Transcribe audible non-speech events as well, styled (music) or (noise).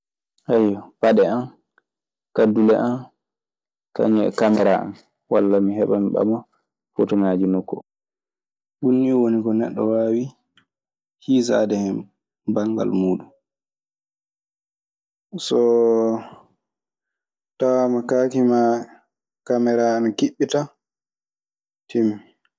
(hesitation) Paɗe an, kaddule an kañun e camaraa an walla mi heɓa mi ɓama fotoŋaaji nokku oo. Ɗun nii woni ko neɗɗo waawi hiisaade hen banngal muuɗun. So tawaama kaake maa kameraa ana kiɓɓi tan, timmii.